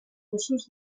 russos